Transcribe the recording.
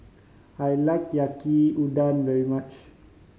I like Yaki Udon very much